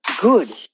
good